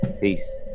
peace